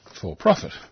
for-profit